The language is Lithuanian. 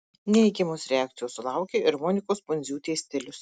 neigiamos reakcijos sulaukė ir monikos pundziūtės stilius